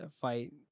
fight